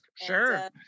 Sure